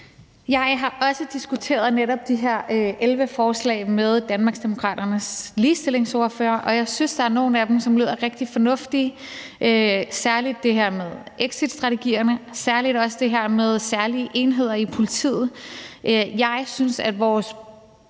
Jeg har også diskuteret netop de her 11 forslag med Danmarksdemokraternes ligestillingsordfører, og jeg synes, at der er nogle af dem, som lyder rigtig fornuftige, særlig det her med exitstrategierne og også det her med særlige enheder i politiet. Jeg synes, at vores